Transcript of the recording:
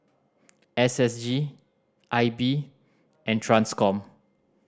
S S G I B and Transcom